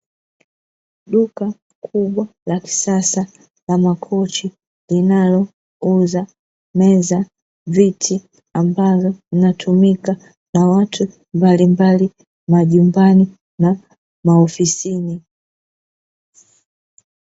Duka kubwa la kisasa la makochi, linalouza meza, viti ambavyo vinatumika na watu mbalimbali majumbani na ofisini.